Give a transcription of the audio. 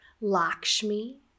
Lakshmi